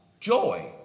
joy